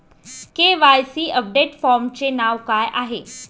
KYC update फॉर्मचे नाव काय आहे?